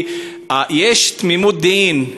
כי יש תמימות דעים,